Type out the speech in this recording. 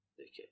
Okay